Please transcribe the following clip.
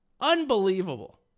Unbelievable